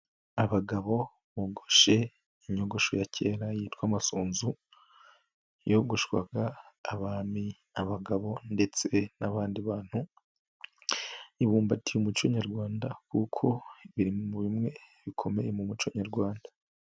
Abagabo bogoshe inyogosho ya kera yitwa amasunzu yogoshwaga abami, abagabo ndetse n'abandi bantu, ibumbatiye umuco nyarwanda kuko iri mu bimwe bikomeye mu muco nyarwanda.